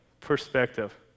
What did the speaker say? perspective